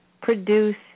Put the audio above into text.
produce